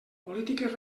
polítiques